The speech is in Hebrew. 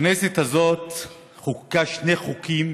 הכנסת הזאת חוקקה שני חוקים